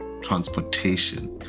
transportation